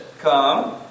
come